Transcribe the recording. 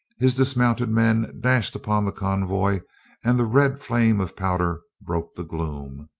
his dismounted men dashed upon the convoy and the red flame of pow der broke the gloom.